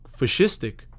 fascistic